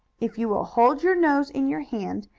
if you will hold your nose in your hand,